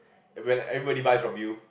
when everybody buy from you